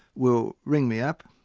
will ring me up,